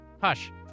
Hush